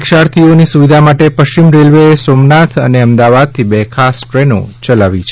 પરીક્ષાર્થીઓની સુવિધા માટે પશ્ચિમ રેલવેએ સોમનાથ અને અમદાવાદથી બે ખાસ ટ્રેનો ચલાવી છે